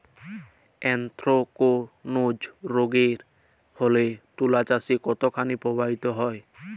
Anthracnose রোগ এর ফলে তুলাচাষ কতখানি প্রভাবিত হয়?